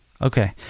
Okay